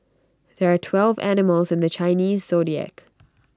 there are twelve animals in the Chinese Zodiac